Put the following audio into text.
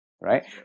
right